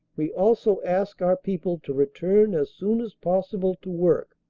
we also ask our people to return as soon as possible to work.